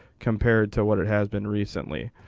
compared to what it has been recently.